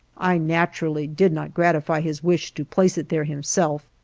i naturally did not gratify his wish to place it there himself,